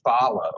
follow